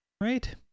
Right